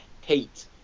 hate